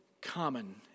common